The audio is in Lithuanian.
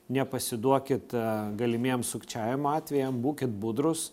nepasiduokit galimiem sukčiavimo atvejam būkit budrūs